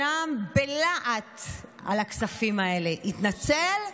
שנאם בלהט על הכספים האלה, יתנצלו?